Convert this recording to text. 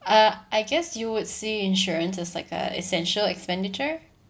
uh I guess you would see insurance is like uh essential expenditure